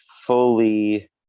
fully